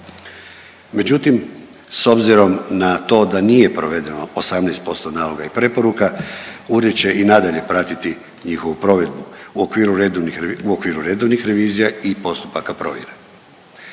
Međutim, s obzirom na to da nije provedeno 18% naloga i preporuka ured će i nadalje pratiti njihovu provedbu u okviru redovnih revizija i postupaka provjere.